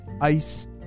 ice